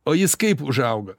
o jis kaip užauga